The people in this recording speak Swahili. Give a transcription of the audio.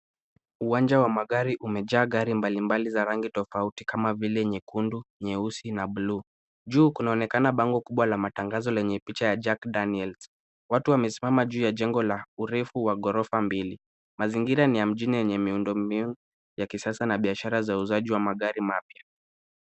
Uwanja wa magari umejaa gari mbalimbali za rangi tofauti kama vile nyekundu, nyeusi na bluu. Juu kunaonekana bango kubwa la matangazo lenye picha ya Jack Daniels. Watu wamesimama juu ya jengo la refu wa ghorofa mbili. Mazingira ni ya mjini yenye miundombinu ya kisasa na biashara za uuzaji wa magari mapya.